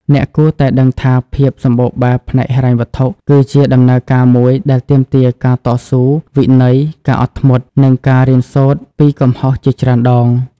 អ្នកគួរតែដឹងថាភាពសម្បូរបែបផ្នែកហិរញ្ញវត្ថុ គឺជាដំណើរការមួយដែលទាមទារការតស៊ូ វិន័យ ការអត់ធ្មត់ និងការរៀនសូត្រពីកំហុសជាច្រើនដង។